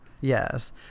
yes